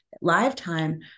lifetime